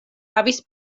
havis